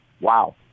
wow